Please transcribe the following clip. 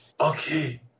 Okay